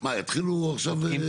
מה יתחילו עכשיו?